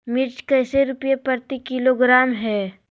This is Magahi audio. मिर्च कैसे रुपए प्रति किलोग्राम है?